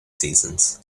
seasons